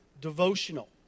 devotional